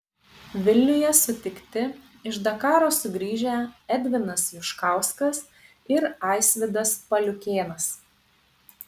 vilniuje sutikti iš dakaro sugrįžę edvinas juškauskas ir aisvydas paliukėnas